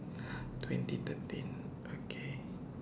twenty thirteen okay